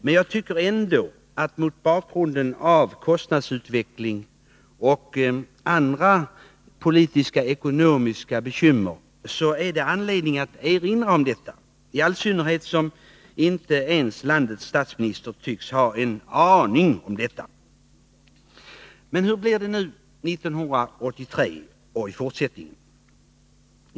Men jag tycker ändå att det, mot bakgrund av kostnadsutveckling och andra politiska och ekonomiska bekymmer, är anledning att erinra om detta, i all synnerhet som inte ens landets statsminister tycks ha en aning om förhållandet. Men hur blir det nu 1983 och i fortsättningen?